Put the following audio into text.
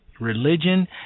religion